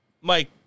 Mike